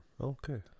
Okay